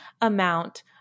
amount